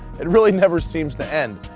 it really never seems to end.